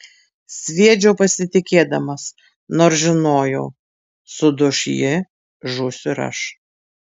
sviedžiau pasitikėdamas nors žinojau suduš ji žūsiu ir aš